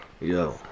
Yo